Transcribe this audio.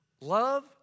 Love